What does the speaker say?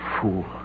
fool